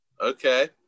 Okay